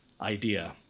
idea